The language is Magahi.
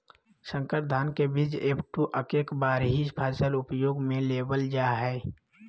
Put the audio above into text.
संकर धान के बीज एफ.टू एक्के बार ही फसल उपयोग में लेवल जा हइ